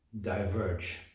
diverge